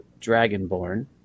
dragonborn